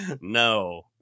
No